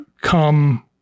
come